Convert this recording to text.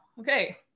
okay